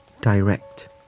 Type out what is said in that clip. direct